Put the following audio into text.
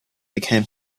became